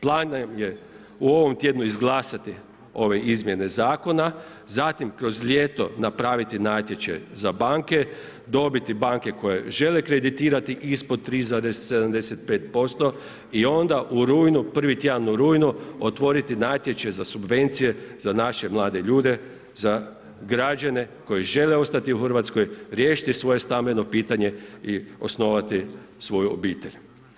Plan nam je u ovom tjednu izglasati ove izmjene zakona, zatim kroz ljeto napraviti natječaj za banke, dobiti banke koje žele kreditirati ispod 3,75% i onda prvi tjedan u rujnu otvoriti natječaj za subvencije za naše mlade ljude za građane koji žele ostati u Hrvatskoj, riješiti svoje stambeno pitanje i osnovati svoju obitelj.